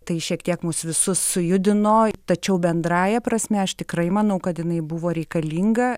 tai šiek tiek mus visus sujudino tačiau bendrąja prasme aš tikrai manau kad jinai buvo reikalinga